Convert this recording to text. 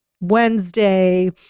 Wednesday